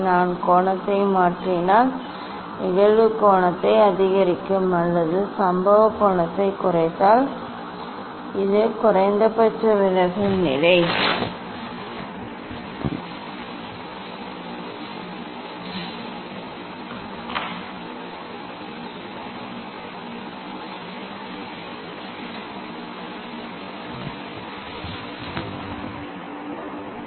நான் கோணத்தை மாற்றினால் கோணம் அதிகரிக்கும் அல்லது சம்பவ கோணத்தை குறைத்தால் இது குறைந்தபட்ச விலகல் நிலை அடையும்